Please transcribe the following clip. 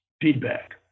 feedback